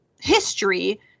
history